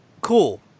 Cool